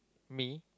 me